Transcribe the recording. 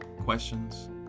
questions